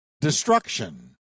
destruction